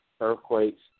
Earthquakes